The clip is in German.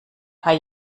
paar